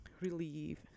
relief